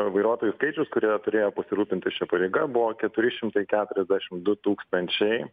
vairuotojų skaičius kurie turėjo pasirūpinti šia pareiga buvo keturi šimtai keturiasdešimt du tūkstančiai